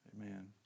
Amen